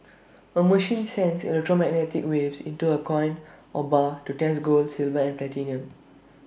A machine sends electromagnetic waves into A coin or bar to test gold silver and platinum